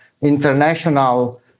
international